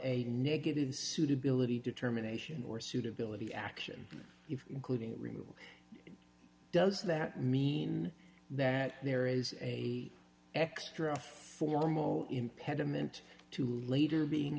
a negative suitability determination or suitability action if including removal does that mean that there is a extra formal impediment to later being